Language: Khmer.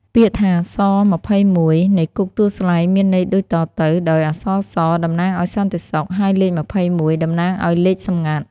ពាក្យថា ស.២១ នៃគុកទួលស្លែងមានន័យដូចតទៅ ដោយអក្សរ ” ស ” តំណាងឱ្យសន្តិសុខ ហើយលេខ២១តំណាងឱ្យលេខសំងាត់។